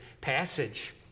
passage